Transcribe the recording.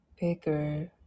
bigger